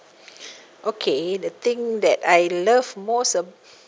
okay the thing that I love most ab~